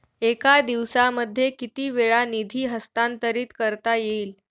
एका दिवसामध्ये किती वेळा निधी हस्तांतरीत करता येईल?